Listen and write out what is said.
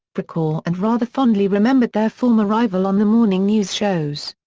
brokaw and rather fondly remembered their former rival on the morning news shows.